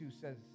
says